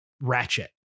ratchet